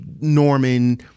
Norman